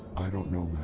i don't know,